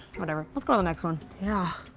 whatever. let's go to the next one. yeah.